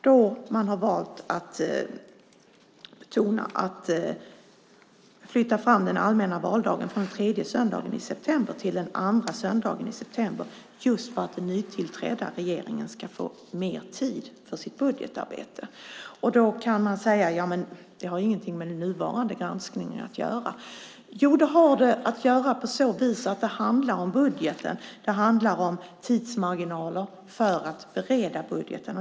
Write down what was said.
Där har man valt att betona att flytta fram den allmänna valdagen från den tredje söndagen i september till den andra söndagen just för att den nytillträdda regeringen ska få mer tid för sitt budgetarbete. Man kan hävda att detta inte har något med den nuvarande granskningen att göra, men det har det såtillvida att det handlar om budgeten, om tidsmarginalen för att bereda budgeten.